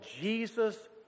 Jesus